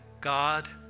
God